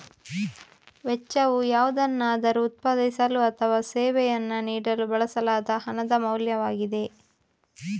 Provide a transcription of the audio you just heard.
ವೆಚ್ಚವು ಯಾವುದನ್ನಾದರೂ ಉತ್ಪಾದಿಸಲು ಅಥವಾ ಸೇವೆಯನ್ನು ನೀಡಲು ಬಳಸಲಾದ ಹಣದ ಮೌಲ್ಯವಾಗಿದೆ